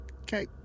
Okay